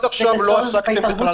עד עכשיו לא עסקתם בכלל בנושא.